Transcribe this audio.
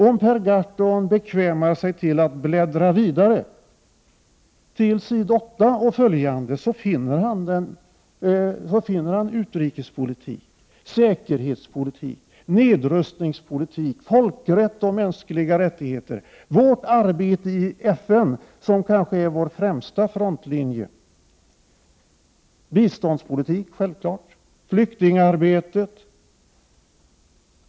Om Per Gahrton bekvämar sig till att bläddra vidare till s. 8 och följande sidor finner han utrikespolitik, säkerhetspolitik, nedrustningspolitik, folkrätt och mänskliga rättigheter, vårt arbete i FN, som kanske är vår främsta frontlinje, biståndspolitik, självklart, och flyktingarbetet.